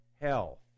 health